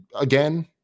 again